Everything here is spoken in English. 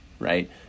Right